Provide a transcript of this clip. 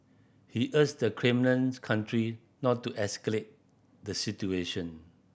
he urged the claimant country not to escalate the situation